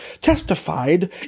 testified